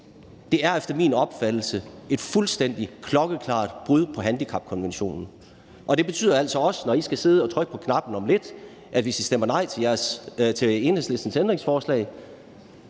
Det er efter min opfattelse et fuldstændig klokkeklart brud på handicapkonventionen. Det betyder altså også, når I skal sidde og trykke på knappen om lidt, at hvis I stemmer nej til Enhedslistens ændringsforslag,